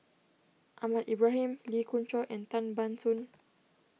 Ahmad Ibrahim Lee Khoon Choy and Tan Ban Soon